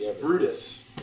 Brutus